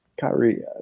Kyrie